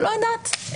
לא יודעת.